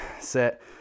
set